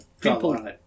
people